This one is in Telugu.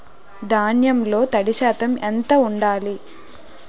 ధాన్యంలో తడి శాతం ఎంత ఉండాలి?